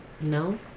No